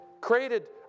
created